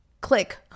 click